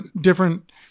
different